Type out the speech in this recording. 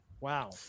Wow